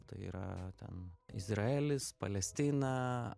tai yra ten izraelis palestina